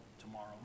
tomorrow